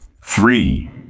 three